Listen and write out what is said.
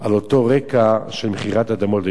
על אותו רקע של מכירת אדמות ליהודים.